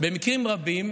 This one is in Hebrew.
במקרים רבים